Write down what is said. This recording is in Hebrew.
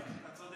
להראות את הצד